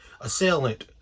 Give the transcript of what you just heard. assailant